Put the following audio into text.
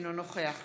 אינו נוכח